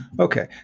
Okay